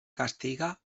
castiga